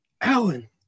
alan